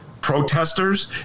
protesters